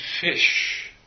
fish